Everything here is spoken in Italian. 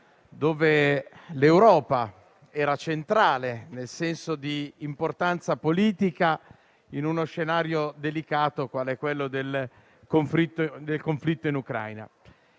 quale l'Europa era centrale, quanto a importanza politica, in uno scenario delicato qual è quello del conflitto in Ucraina.